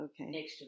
okay